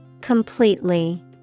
Completely